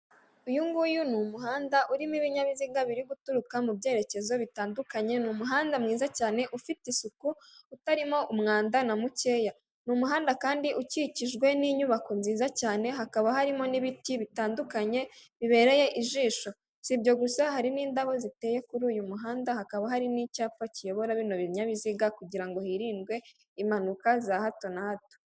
Uyu nguyu ni umuhanda urimo ibinyabiziga biri guturuka mu byerekezo bitandukanye ni umuhanda mwiza cyane ufite isuku utarimo umwanda na mukeya ni umuhanda kandi ukikijwe n'inyubako nziza cyane hakaba harimo n'ibiti bitandukanye bibereye ijisho sibyo gusa hari n'indabo ziteye kuri uyu muhanda hakaba hari n'icyapa kiyobora bino binyabiziga kugira ngo hirindwe impanuka za hato na hato .